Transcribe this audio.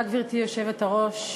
גברתי היושבת-ראש,